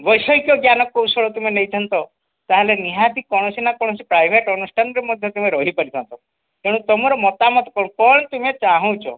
ବୈଷୟିକ ଜ୍ଞାନ କୌଶଳ ତୁମେ ନେଇଥାନ୍ତ ତାହେଲେ ନିହାତି କୌଣସି ନା କୌଣସି ପ୍ରାଇଭେଟ୍ ଅନୁଷ୍ଠାନରେ ମଧ୍ୟ ତୁମେ ରହି ପାରିଥାଆନ୍ତ ତେଣୁ ତୁମର ମତାମତ କ'ଣ କ'ଣ ତୁମେ ଚାହୁଁଛ